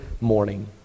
morning